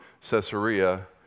Caesarea